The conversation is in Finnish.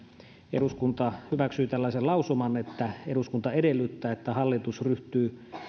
eduskunta hyväksyi tällaisen lausuman eduskunta edellyttää että hallitus ryhtyy